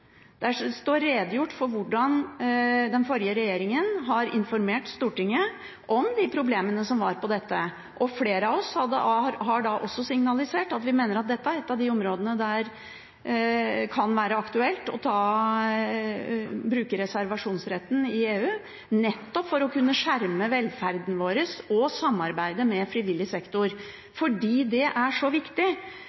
er det redegjort for hvordan den forrige regjeringen informerte Stortinget om de problemene som var på dette området, og flere av oss signaliserte også da at dette er et av de områdene der det kan være aktuelt å bruke reservasjonsretten i EU, nettopp for å kunne skjerme velferden vår og samarbeide med frivillig sektor,